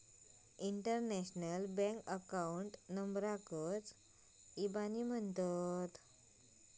international bank account नंबराकच इबानी म्हणतत